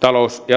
talous ja